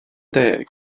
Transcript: deg